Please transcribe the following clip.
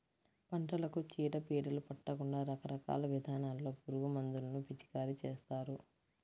పంటలకు చీడ పీడలు పట్టకుండా రకరకాల విధానాల్లో పురుగుమందులను పిచికారీ చేస్తారు